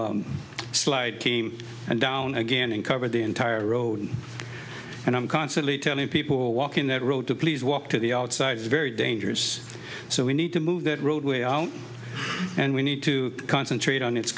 know slide came down again and covered the entire road and i'm constantly telling people walking that road to please walk to the outside is very dangerous so we need to move that road and we need to concentrate on